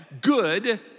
good